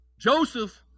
Joseph